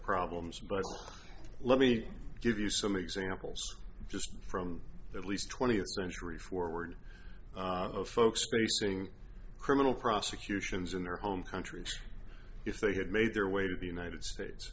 problems but let me give you some examples just from the least twentieth century forward of folks facing criminal prosecutions in their home countries if they had made their way to the united states